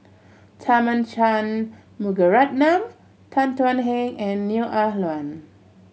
Tharman Shanmugaratnam Tan Thuan Heng and Neo Ah Luan